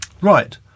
right